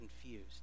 confused